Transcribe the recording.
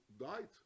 died